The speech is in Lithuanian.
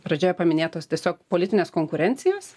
pradžioje paminėtos tiesiog politinės konkurencijos